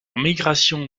migration